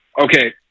Okay